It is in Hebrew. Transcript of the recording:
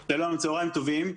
שלום, צהריים טובים.